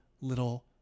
little